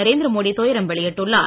நரேந்திர மோடி துயரம் வெளியிட்டுள்ளார்